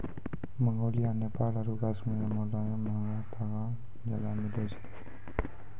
Mongolia, Nepal आरु कश्मीरो मे मोलायम महंगा तागा ज्यादा मिलै छै